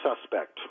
suspect